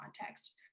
context